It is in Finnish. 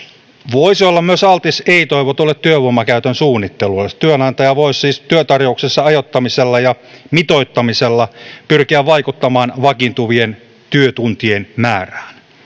voisi olla myös altis ei toivotulle työvoiman käytön suunnittelulle työnantaja voisi siis työtarjouksen ajoittamisella ja mitoittamisella pyrkiä vaikuttamaan vakiintuvien työtuntien määrään